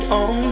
on